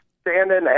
standing